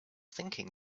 thinking